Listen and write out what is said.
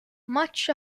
much